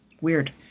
Weird